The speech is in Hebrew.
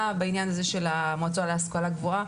בעניין הזה של המועצה להשכלה גבוהה.